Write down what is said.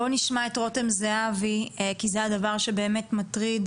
בואו נשמע את רותם זהבי, כי זה הדבר שבאמת מטריד.